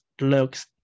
looks